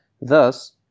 Thus